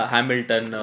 Hamilton